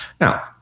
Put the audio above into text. Now